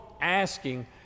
asking